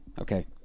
Okay